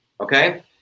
okay